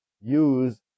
use